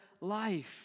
life